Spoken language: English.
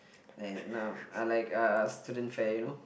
and uh I like uh student fare you know